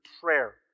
prayer